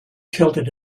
tilted